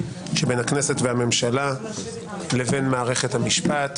שבין הכנסת והממשלה לבין מערכת המשפט.